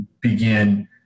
begin